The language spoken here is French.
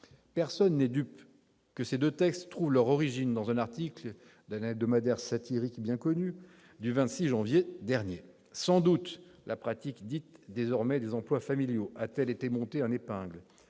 Personne n'en est dupe, ils trouvent leur origine dans l'article d'un hebdomadaire satirique bien connu daté du 26 janvier dernier. Sans doute la pratique dite des « emplois familiaux » a-t-elle été montée en épingle.